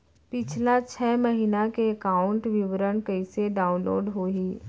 पिछला छः महीना के एकाउंट विवरण कइसे डाऊनलोड होही?